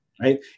right